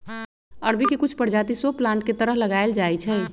अरबी के कुछ परजाति शो प्लांट के तरह लगाएल जाई छई